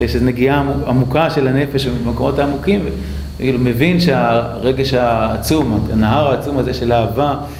יש איזה נגיעה עמוקה של הנפש ממקומות עמוקים, כאילו הוא מבין שהרגש העצום, הנהר העצום הזה של אהבה